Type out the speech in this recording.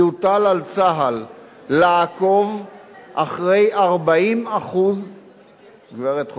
יוטל על צה"ל לעקוב אחרי 40% הגברת חוטובלי,